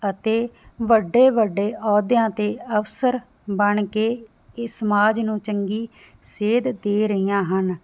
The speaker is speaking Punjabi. ਅਤੇ ਵੱਡੇ ਵੱਡੇ ਅਹੁਦਿਆਂ ਤੇ ਅਫਸਰ ਬਣ ਕੇ ਇਹ ਸਮਾਜ ਨੂੰ ਚੰਗੀ ਸੇਧ ਦੇ ਰਹੀਆਂ ਹਨ